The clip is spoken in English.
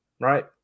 right